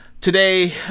Today